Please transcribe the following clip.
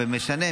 ומשנה.